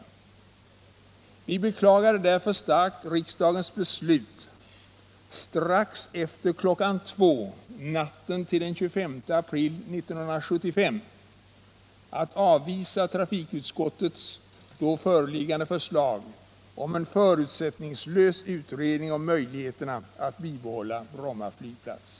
Torsdagen den Vi beklagar därför djupt riksdagens beslut strax efter klockan två natten 15 december 1977 till den 25 april 1975 att avvisa trafikutskottets då föreliggande förslag Ste NNE om en förutsättningslös utredning beträffande möjligheterna att bibehålla — Flygplatsfrågan i Bromma flygplats.